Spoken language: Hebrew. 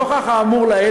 נוכח האמור לעיל,